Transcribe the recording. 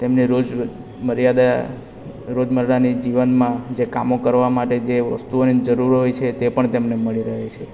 તેમની રોજ મર્યાદા રોજમર્રાના જીવનમાં જે કામો કરવા માટે જે વસ્તુઓની જરૂર હોય છે તે પણ તેમને મળી રહે છે